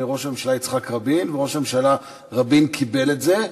ראש הממשלה יצחק רבין ושראש הממשלה רבין קיבל את זה.